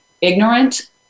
ignorant